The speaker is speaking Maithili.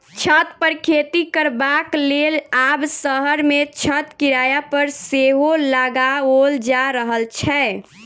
छत पर खेती करबाक लेल आब शहर मे छत किराया पर सेहो लगाओल जा रहल छै